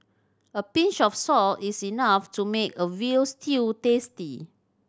a pinch of salt is enough to make a veal stew tasty